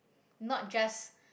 not just